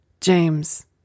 James